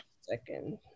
second